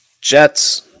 Jets